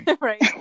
Right